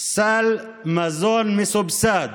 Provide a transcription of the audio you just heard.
סל מזון מסובסד